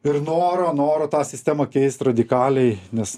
ir noro noro tą sistemą keist radikaliai nes